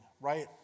right